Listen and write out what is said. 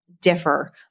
differ